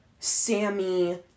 sammy